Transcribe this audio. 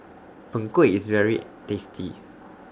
Png Kueh IS very tasty